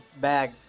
bag